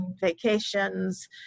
vacations